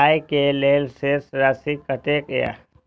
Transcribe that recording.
आय के लेल शेष राशि कतेक या?